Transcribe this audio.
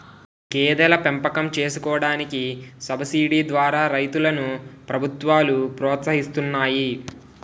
గేదెల పెంపకం చేసుకోడానికి సబసిడీ ద్వారా రైతులను ప్రభుత్వాలు ప్రోత్సహిస్తున్నాయి